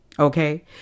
Okay